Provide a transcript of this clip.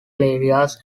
areas